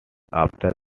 after